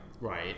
Right